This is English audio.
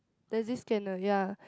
there's this scanner ya